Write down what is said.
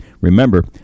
Remember